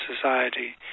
society